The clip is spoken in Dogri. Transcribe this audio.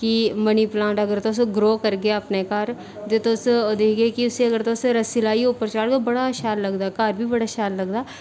कि मनी प्लांट अगर तुस ग्रो करगे अपने घर ते तुस दिखगे कि इसी अगर तुस रस्सी लाइयै उप्पर चाढ़गे बड़ा शैल लगदा घर बी बड़ा शैल लगदा